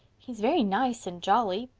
he's very nice and jolly.